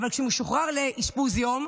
אבל כשהוא משוחרר לאשפוז יום,